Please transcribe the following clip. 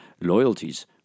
loyalties